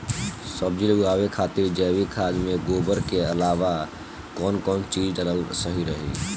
सब्जी उगावे खातिर जैविक खाद मे गोबर के अलाव कौन कौन चीज़ डालल सही रही?